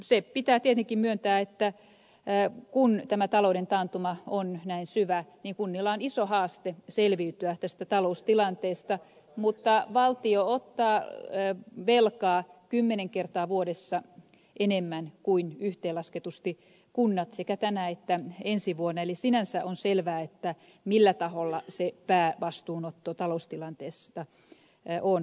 se pitää tietenkin myöntää että kun tämä talouden taantuma on näin syvä niin kunnilla on iso haaste selviytyä tästä taloustilanteesta mutta valtio ottaa velkaa kymmenen kertaa vuodessa enemmän kuin yhteenlasketusti kunnat sekä tänä että ensi vuonna eli sinänsä on selvää millä taholla se päävastuunotto taloustilanteesta on